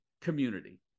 community